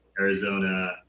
Arizona